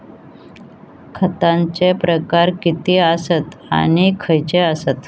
खतांचे प्रकार किती आसत आणि खैचे आसत?